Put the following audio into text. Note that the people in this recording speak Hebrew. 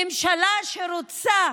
ממשלה שרוצה